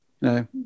no